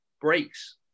breaks